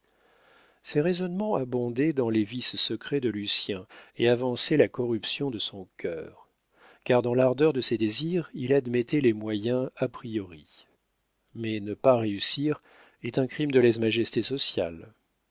ces raisonnements abondaient dans les vices secrets de lucien et avançaient la corruption de son cœur car dans l'ardeur de ses désirs il admettait les moyens a priori mais ne pas réussir est un crime de lèse-majesté sociale